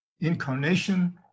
incarnation